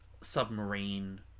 submarine